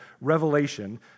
Revelation